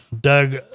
Doug